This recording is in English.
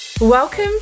Welcome